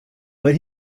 but